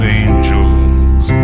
angels